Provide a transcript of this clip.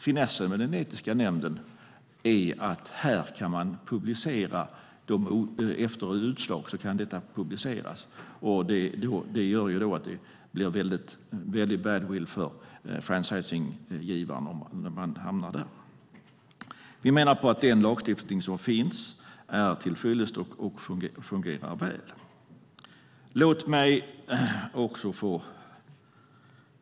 Finessen med den etiska nämnden är att ärendet kan publiceras efter utslag. Det gör att det blir en väldig badwill för franchisegivaren om denne hamnar där. Vi menar att detta är en lagstiftning som finns, är till fyllest och fungerar väl. Herr talman!